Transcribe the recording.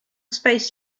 space